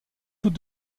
tous